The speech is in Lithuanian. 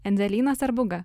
endzelynas ar būga